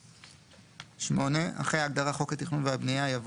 התשכ"ד1964,"; אחרי ההגדרה "חוק התכנון והבנייה" יבוא: